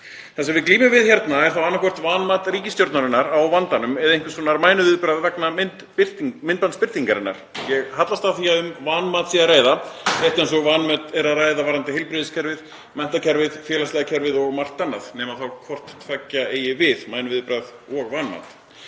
Það sem við glímum við hérna er þá annaðhvort vanmat ríkisstjórnarinnar á vandanum eða einhvers konar mænuviðbragð vegna myndbandsbirtingarinnar. Ég hallast að því að um vanmat sé að ræða, rétt eins og um vanmat er að ræða varðandi heilbrigðiskerfið, menntakerfið, félagslega kerfið og margt annað, nema þá hvort tveggja eigi við, mænuviðbragð og vanmat.